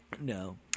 No